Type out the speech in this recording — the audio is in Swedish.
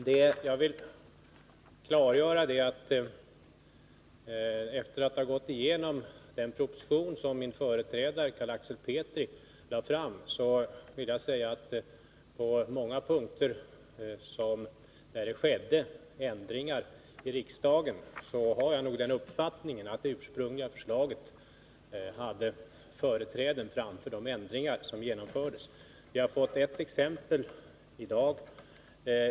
Herr talman! Efter att ha gått igenom den proposition som min företrädare, Carl Axel Petri, lade fram, vill jag klargöra att på många punkter där riksdagsbehandlingen ledde till ändringar har jag den uppfattningen att det ursprungliga förslaget hade företräden framför de ändringar som genomfördes. Vi har fått ett exempel i dag.